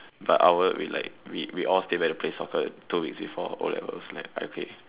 but our we like we we all stay back to play soccer two weeks before O-levels like I played